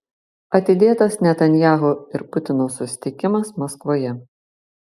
atidėtas netanyahu ir putino susitikimas maskvoje